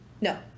No